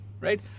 right